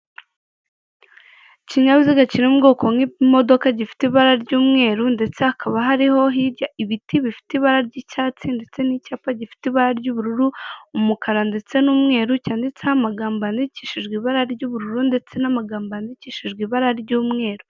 Ikinyabiziga kiri mu bwoko bw'imodoka gifite ibara ry'umweru ndetse hakaba hariho hirya ibiti bifite ibara ry'icyatsi, ndetse n'icyapa gifite ibara ry'ubururu, umukara ndetse n'umweru cyanditseho amagambo yandikishijwe ibara ry'ubururu ndetse n'amagambo yandikishijwe ibara ry'umweru.